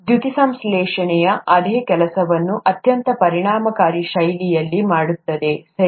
ದ್ಯುತಿಸಂಶ್ಲೇಷಣೆಯು ಅದೇ ಕೆಲಸವನ್ನು ಅತ್ಯಂತ ಪರಿಣಾಮಕಾರಿ ಶೈಲಿಯಲ್ಲಿ ಮಾಡುತ್ತದೆ ಸರಿ